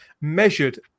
measured